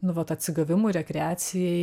nu vat atsigavimui rekreacijai